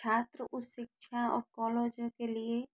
छात्र उस शिक्षा और कॉलोजों के लिए